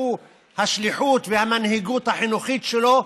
השליחות והמנהיגות החינוכית שלו,